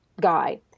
guy